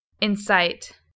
Insight